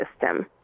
system